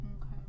Okay